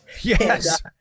Yes